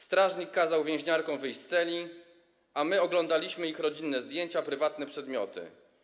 Strażnik kazał więźniarkom wyjść z celi, a my oglądaliśmy ich rodzinne zdjęcia, prywatne przedmioty.